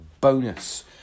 bonus